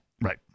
Right